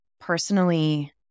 personally